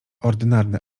ordynarny